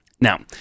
Now